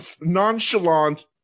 nonchalant